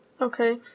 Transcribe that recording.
Okay